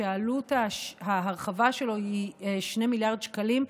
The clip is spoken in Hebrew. ועלות ההרחבה שלו היא 2 מיליארד שקלים.